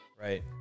right